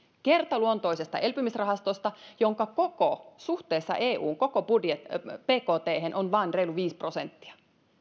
kertaluontoisesta elpymisrahastosta jonka koko suhteessa eun koko bkthen on vain reilu viisi prosenttia